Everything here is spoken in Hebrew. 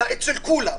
אלא אצל כולם.